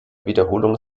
wiederholung